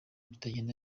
bitagenda